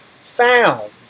found